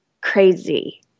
crazy